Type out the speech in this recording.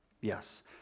yes